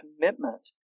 commitment